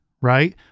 right